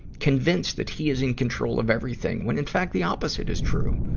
convinced that he is in control of everything, when in fact the opposite is true.